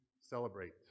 celebrate